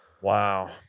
Wow